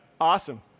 Awesome